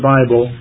Bible